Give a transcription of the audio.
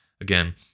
again